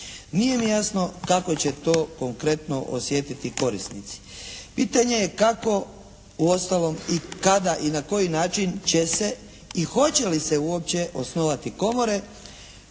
Nije mi jasno kako će to konkretno osjetiti korisnici. Pitanje je kako uostalom i kada i na koji način će se i hoće li se uopće osnovati komore,